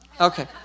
Okay